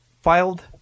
filed